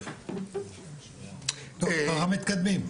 אנחנו מתקדמים,